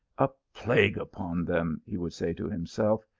a plague upon them, he would say to himself,